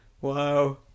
wow